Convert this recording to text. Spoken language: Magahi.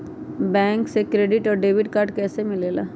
बैंक से क्रेडिट और डेबिट कार्ड कैसी मिलेला?